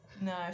No